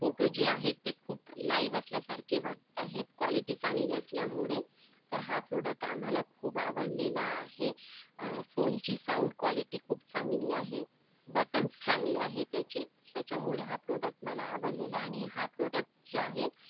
photo जे आहेत ते खूप लाइव असल्यासारखे वाटत आहेत क्वालिटी चांगली असल्यामुळे तर हा प्रोडक्ट आम्हाला खूप आवडलेला आहे अ फोनची साउंड क्वालिटी खूप चांगली आहे बटन्स चांगले आहेत याचे त्याच्यामुळे हा प्रोडक्ट मला आवडलेला आणि हा प्रोडक्ट जो आहे